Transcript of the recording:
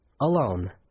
Alone